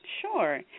Sure